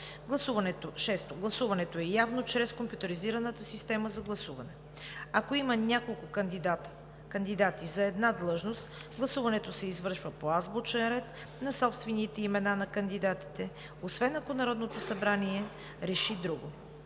6. Гласуването е явно чрез компютризираната система за гласуване. Ако има няколко кандидати за една длъжност, гласуването се извършва по азбучен ред на собствените имена на кандидатите, освен ако Народното събрание реши друго.